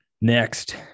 next